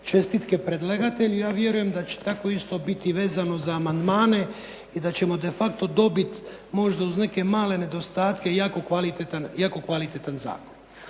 čestitke predlagatelju. Ja vjerujem da će tako isto biti vezano za amandmane i da ćemo de facto dobiti možda uz neke male nedostatke jako kvalitetan zakon.